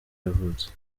yavutse